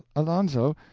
alonzo,